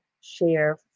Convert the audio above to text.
share